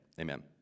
Amen